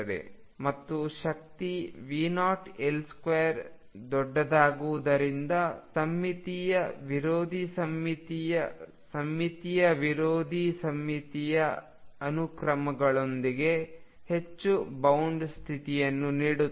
ಮತ್ತು ಶಕ್ತಿV0L2 ದೊಡ್ಡದಾಗುವುದರಿಂದ ಸಮ್ಮಿತೀಯ ವಿರೋಧಿ ಸಮ್ಮಿತೀಯ ಸಮ್ಮಿತೀಯ ವಿರೋಧಿ ಸಮ್ಮಿತೀಯ ಅನುಕ್ರಮದೊಂದಿಗೆ ಹೆಚ್ಚು ಬೌಂಡ್ ಸ್ಥಿತಿಯನ್ನು ನೀಡುತ್ತದೆ